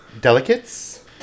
Delicates